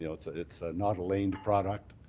ah it's it's not a laned product.